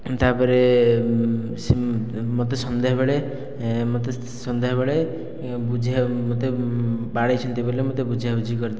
ତାପରେ ସେ ମୋତେ ସନ୍ଧ୍ୟାବେଳେ ମୋତେ ସନ୍ଧ୍ୟାବେଳେ ବୁଝେଇବାକୁ ମୋତେ ବାଡ଼େଇଛନ୍ତି ବୋଲି ମୋତେ ବୁଝାବୁଝି କରିଥିଲେ